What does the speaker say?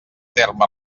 terme